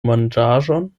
manĝaĵon